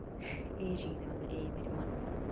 एह् चीज ऐ मतलब एह् मेरे मनपसंद ऐ